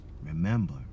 Remember